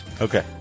Okay